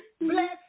bless